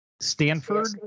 Stanford